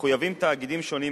מחויבים תאגידים שונים,